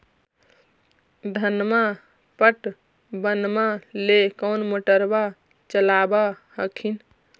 धनमा पटबनमा ले कौन मोटरबा चलाबा हखिन?